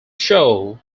show